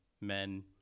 men